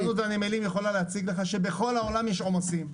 רשות הספנות והנמלים יכולה להציג לך שבכל העולם יש עומסים.